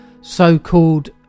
so-called